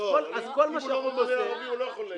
לא, אם הוא לא ממנה ערבי, הוא לא יכול.